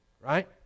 right